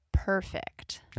perfect